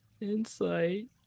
Insight